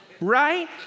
right